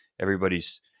everybody's